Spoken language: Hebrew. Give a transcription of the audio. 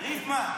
ריפמן.